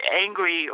angry